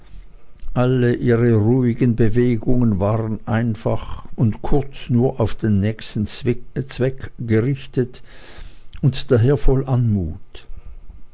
alle ihre ruhigen bewegungen waren einfach und kurz nur auf den nächsten zweck gerichtet und daher voll anmut